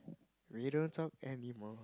we don't talk anymore